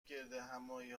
گردهمآیی